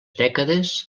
dècades